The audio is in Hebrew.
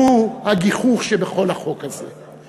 שהוא הגיחוך שבכל החוק הזה: